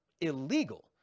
illegal